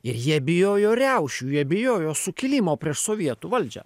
ir jie bijojo riaušių jie bijojo sukilimo prieš sovietų valdžią